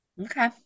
Okay